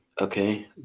okay